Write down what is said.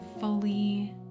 fully